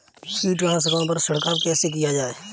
कीटनाशकों पर छिड़काव कैसे किया जाए?